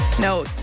No